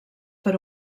per